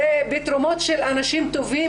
זה תרומות של אנשים טובים,